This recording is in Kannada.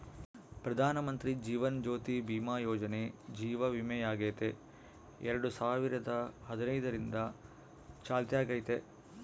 ಪ್ರಧಾನಮಂತ್ರಿ ಜೀವನ ಜ್ಯೋತಿ ಭೀಮಾ ಯೋಜನೆ ಜೀವ ವಿಮೆಯಾಗೆತೆ ಎರಡು ಸಾವಿರದ ಹದಿನೈದರಿಂದ ಚಾಲ್ತ್ಯಾಗೈತೆ